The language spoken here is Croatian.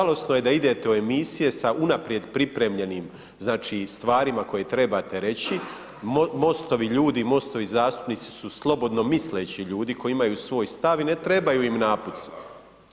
Žalosno je da idete u emisije sa unaprijed pripremljenim znači stvarima koje trebate reći, MOST-ovi ljudi, MOST-ovi zastupnici su slobodno misleći ljudi koji imaju svoj stav i ne trebaju im napuci.